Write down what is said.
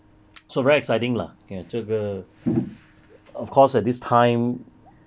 so very exciting lah ya 这个 of course at this time